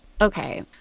Okay